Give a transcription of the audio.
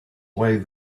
way